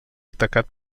atacat